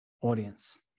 audience